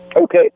Okay